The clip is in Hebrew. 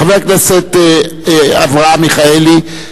חבר הכנסת אברהם מיכאלי,